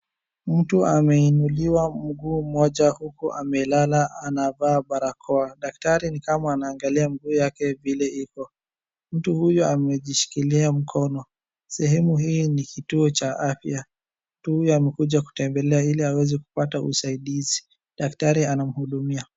Mtu ameinuliwa mguu mmoja uku amelala anavaa barakoa. Daktari ni kama anaangalia mguu yake vile iko. Mtu huyu amejishikilia mkono. Sehemu hii ni kituo cha afya, mtu huyu amekuja kutembelea ili aweze kupate usaidizi, daktari anamhudumia.